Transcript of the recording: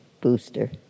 booster